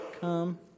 come